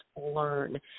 learn